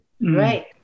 Right